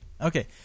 Okay